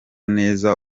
neza